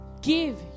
give